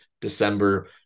december